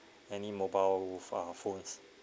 any mobile p~ ah phones